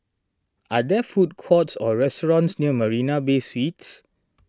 are there food courts or restaurants near Marina Bay Suites